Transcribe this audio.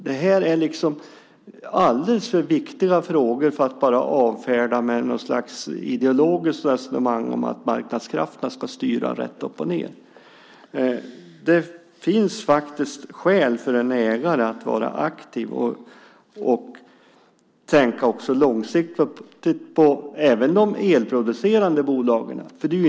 Det här är alldeles för viktiga frågor för att man ska avfärda dem med något slags ideologiskt resonemang om att marknadskrafterna ska styra. Det finns faktiskt skäl för en ägare att vara aktiv och tänka långsiktigt även på de elproducerande bolagen.